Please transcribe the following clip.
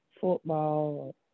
Football